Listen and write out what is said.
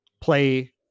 play